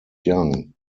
young